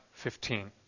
15